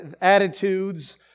attitudes